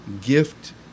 gift